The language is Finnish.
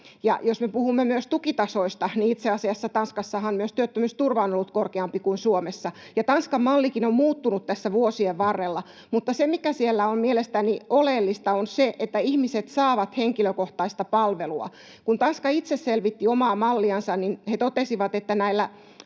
me puhumme myös tukitasoista, niin itse asiassa Tanskassahan myös työttömyysturva on ollut korkeampi kuin Suomessa. Tanskan mallikin on muuttunut tässä vuosien varrella, mutta se, mikä siellä on mielestäni oleellista, on se, että ihmiset saavat henkilökohtaista palvelua. Kun Tanska itse selvitti omaa malliansa, niin he totesivat, että näillä